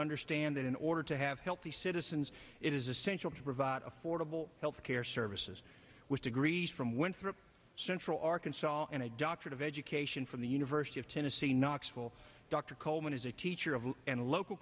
understand that in order to have healthy citizens it is essential to provide affordable health care services with degrees from winthrop central arkansas and a doctorate of education from the university of tennessee knoxville dr coleman is a teacher